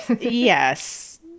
Yes